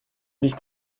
nicht